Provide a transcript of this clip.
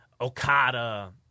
Okada